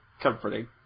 comforting